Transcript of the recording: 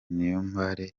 niyombare